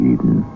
Eden